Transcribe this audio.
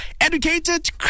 Educated